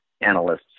analysts